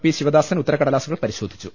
P Sivadasan ഉത്തരക്കടലാസുകൾ പരിശോധിച്ചു